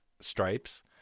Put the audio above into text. Stripes